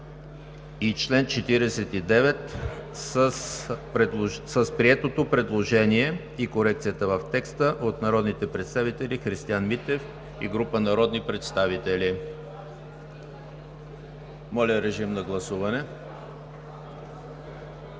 и чл. 49 с приетото предложение и корекцията в текста от народните представители Христиан Митев и група народни представители. Гласували